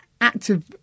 active